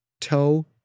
Toe